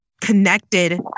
connected